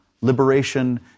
liberation